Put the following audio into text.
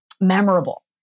memorable